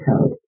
code